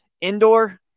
indoor